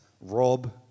Rob